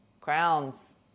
Crowns